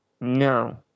No